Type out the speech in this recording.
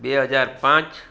બે હજાર પાંચ